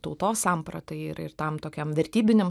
tautos sampratai ir ir tam tokiam vertybiniam